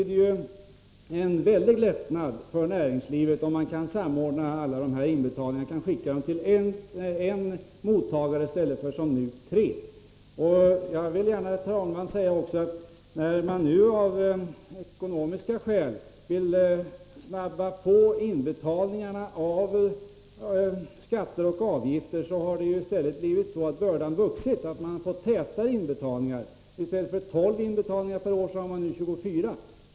Det skulle betyda en väldig lättnad för näringslivet om man kunde samordna alla dessa inbetalningar, skicka dem till en mottagare i stället för som nu till tre. Herr talman! När man av ekonomiska skäl — räntevinster — vill snabba på inbetalningarna av skatter och avgifter har bördan på näringslivet vuxit. Företagen får göra tätare inbetalningar. I stället för 12 inbetalningar per år gör företagen nu 24.